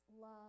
love